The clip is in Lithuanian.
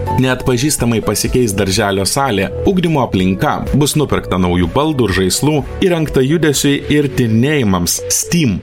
neatpažįstamai pasikeis darželio salė ugdymo aplinka bus nupirkta naujų baldų žaislų įrengta judesiui ir tyrinėjimams steam